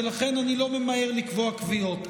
ולכן אני לא ממהר לקבוע קביעות,